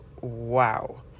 wow